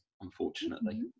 unfortunately